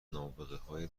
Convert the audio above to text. نابغههای